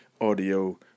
audio